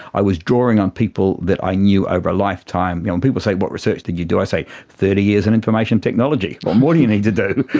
i was drawing on people that i knew over a lifetime. when people say what research did you do, i say thirty years in information technology. what more do you need to do?